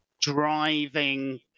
driving